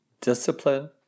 Discipline